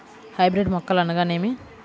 Hybrid మొక్కలు అనగానేమి?